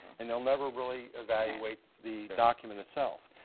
and they'll never really evaluate the document itself.